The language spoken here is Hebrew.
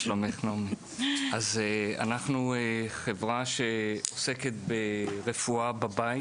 אנחנו חברה שעוסקת ברפואה בבית